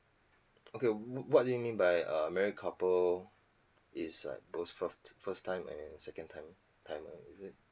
okay what what do you mean by a married couple is like those fir~ first time and second time timer is it